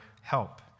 help